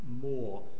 more